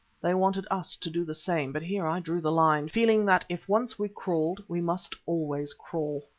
they wanted us to do the same, but here i drew the line, feeling that if once we crawled we must always crawl.